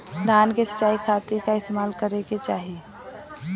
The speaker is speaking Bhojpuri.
धान के सिंचाई खाती का इस्तेमाल करे के चाही?